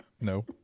No